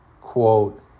quote